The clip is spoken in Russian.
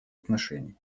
отношений